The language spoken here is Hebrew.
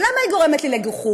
ולמה היא גורמת לי לגיחוך?